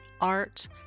art